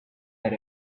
that